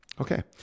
Okay